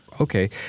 Okay